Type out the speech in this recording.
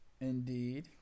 Indeed